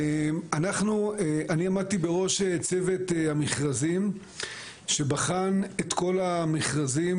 אני עמדתי בראש צוות המכרזים שבחן את כל המכרזים